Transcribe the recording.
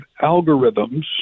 algorithms